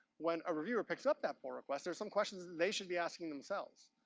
when a reviewer picks up that pull request, there's some questions that they should be asking themselves.